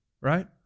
right